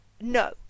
no